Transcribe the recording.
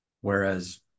Whereas